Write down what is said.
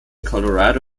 colorado